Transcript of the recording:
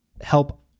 help